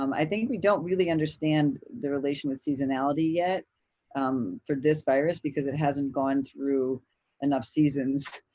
um i think we don't really understand the relation with seasonality yet for this virus because it hasn't gone through enough seasons,